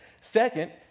Second